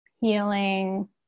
healing